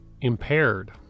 impaired